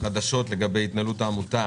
חדשות לגבי התנהלות העמותה